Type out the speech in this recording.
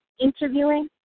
interviewing